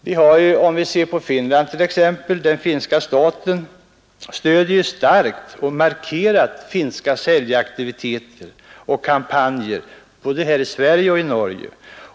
Vi kan t.ex. se på Finland, där den finska staten markerat stöder finska säljaktiviteter och kampanjer både här i Sverige och i Norge.